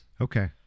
Okay